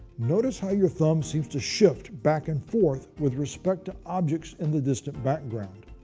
notice how your thumb seems to shift back and forth with respect to objects in the distant background.